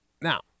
Now